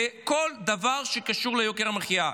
בכל דבר שקשור ליוקר המחיה.